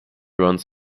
runs